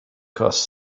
cost